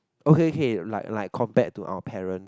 okay okay like like compared to our parents